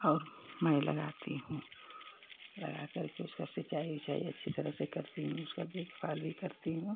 और मैं लगाती हूँ लगा कर के उसका सिंचाई ओचाई अच्छी तरह से करती हूँ उसका देखभाल भी करती हूँ